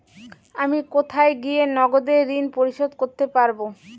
আমি কোথায় গিয়ে নগদে ঋন পরিশোধ করতে পারবো?